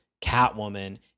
Catwoman